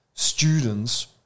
students